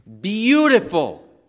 beautiful